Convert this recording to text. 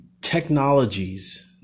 technologies